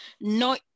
no